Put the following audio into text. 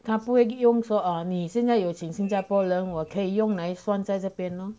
他不会用说啊你现在有请新加坡人我可以用来算在这边 lor